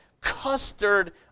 custard